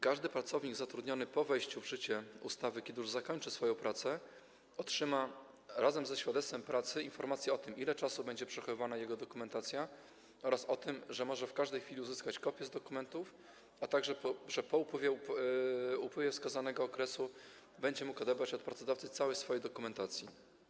Każdy pracownik zatrudniony po wejściu w życie ustawy, kiedy już zakończy pracę, otrzyma ze świadectwem pracy informację o tym, ile czasu będzie przechowywana jego dokumentacja, oraz o tym, że może w każdej chwili uzyskać kopię z dokumentów, a także że po upływie wskazanego okresu będzie mógł odebrać od pracodawcy całość swojej dokumentacji.